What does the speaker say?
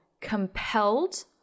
compelled